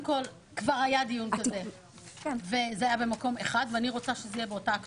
כבר היה דיון כזה וזה היה במקום אחד ואני רוצה שזה יהיה באותה הכתובת.